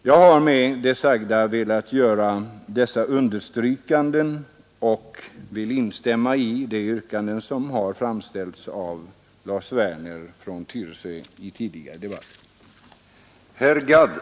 Jag har med det sagda velat göra dessa understrykanden och vill instämma i de yrkanden som har framställts tidigare i debatten av Lars Werner i Tyresö.